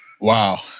Wow